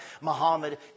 Muhammad